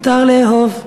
ומותר לאהוב.